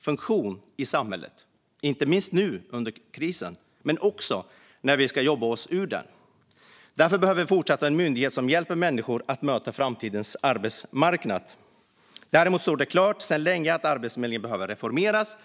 funktion i samhället, inte minst nu under krisen men också när vi ska jobba oss ur den. Därför behöver vi fortsatt ha en myndighet som hjälper människor att möta framtidens arbetsmarknad. Däremot har det länge stått klart att Arbetsförmedlingen behöver reformeras.